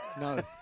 No